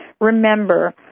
remember